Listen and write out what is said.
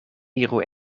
iru